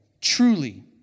Truly